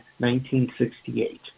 1968